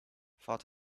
thought